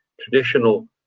traditional